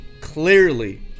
clearly